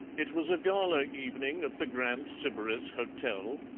it was a gala evening at the grand sybaris hotel,